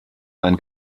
mein